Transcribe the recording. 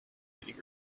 getting